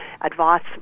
advice